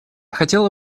хотела